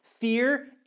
fear